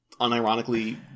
unironically